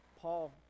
Paul